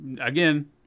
Again